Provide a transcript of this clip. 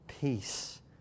peace